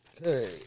Okay